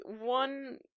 one